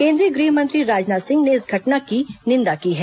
केंद्रीय गृहमंत्री राजनाथ सिंह ने इस घटना की निंदा की है